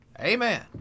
Amen